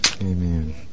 Amen